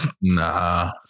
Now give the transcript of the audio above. nah